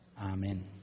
Amen